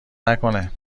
نکنه